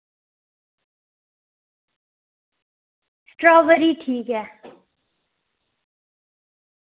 strawberry ठीक ऐ